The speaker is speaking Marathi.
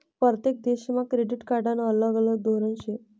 परतेक देशमा क्रेडिट कार्डनं अलग अलग धोरन शे